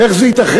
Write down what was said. איך זה ייתכן?